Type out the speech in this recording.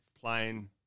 Plain